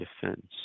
defense